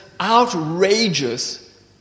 outrageous